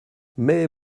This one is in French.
mais